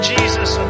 Jesus